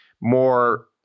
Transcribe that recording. more